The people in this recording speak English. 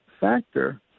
factor